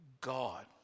God